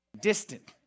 distant